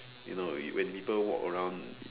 you know when people walk around uh